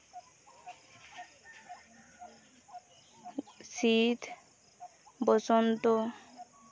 ᱥᱤᱛ ᱵᱚᱥᱚᱱᱛᱚ